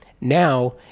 Now